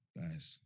guys